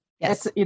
Yes